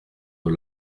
aux